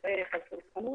הסלחנות.